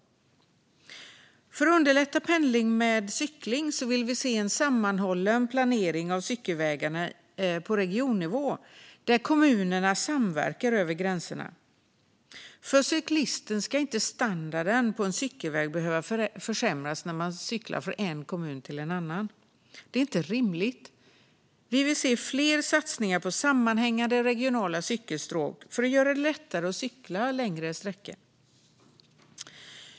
För att underlätta pendling med cykel vill vi se en sammanhållen planering av cykelvägarna på regionnivå där kommunerna samverkar över gränserna. För cyklisten ska inte standarden på en cykelväg behöva försämras när man cyklar från en kommun till en annan. Det är inte rimligt. Vi vill se fler satsningar på sammanhängande regionala cykelstråk för att göra det lättare att cykla längre sträckor.